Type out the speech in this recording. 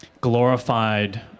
glorified